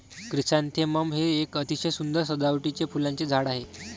chrysanthemum हे एक अतिशय सुंदर सजावटीचे फुलांचे झाड आहे